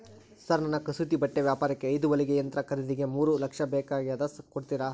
Sir ನನ್ನ ಕಸೂತಿ ಬಟ್ಟೆ ವ್ಯಾಪಾರಕ್ಕೆ ಐದು ಹೊಲಿಗೆ ಯಂತ್ರ ಖರೇದಿಗೆ ಮೂರು ಲಕ್ಷ ಸಾಲ ಬೇಕಾಗ್ಯದ ಕೊಡುತ್ತೇರಾ?